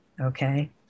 Okay